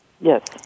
Yes